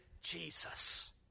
Jesus